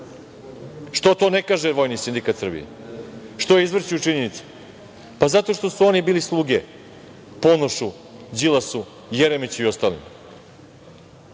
Što to ne kaže Vojni sindikat Srbije? Što je izvrću činjenice? Pa zato što su oni bili sluge Ponošu, Đilasu, Jeremiću i ostalima.